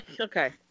Okay